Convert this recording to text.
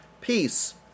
peace